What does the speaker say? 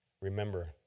Remember